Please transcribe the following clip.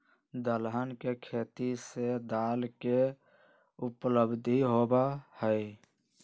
दलहन के खेती से दाल के उपलब्धि होबा हई